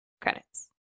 Credits